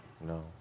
No